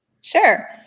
Sure